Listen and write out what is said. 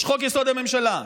יש חוק-יסוד: הממשלה,